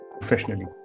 professionally